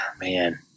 man